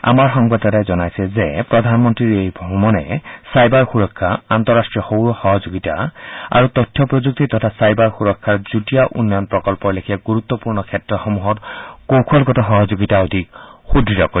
আমাৰ সংবাদদাতাই জনাইছে যে প্ৰধানমন্ত্ৰীৰ এই ভ্ৰমণে চাইবাৰ সুৰক্ষা আন্তঃৰাষ্ট্ৰীয় সৌৰ সহযোগিতা আৰু তথ্য প্ৰযুক্তি তথা চাইবাৰ সুৰক্ষাৰ যুটীয়া উন্নয়ন প্ৰকল্প লেখীয়া গুৰুত্বপূৰ্ণ ক্ষেত্ৰসমূহত কৌশলগত সহযোগিতা অধিক সুদ্য় কৰিব